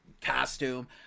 costume